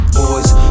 Boys